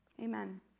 Amen